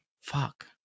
Fuck